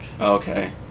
Okay